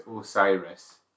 Osiris